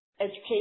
Education